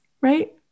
right